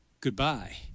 goodbye